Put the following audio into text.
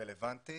ורלוונטי